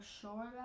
sure